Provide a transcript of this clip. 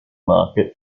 market